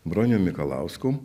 bronium mikalausku